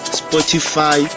spotify